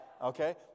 okay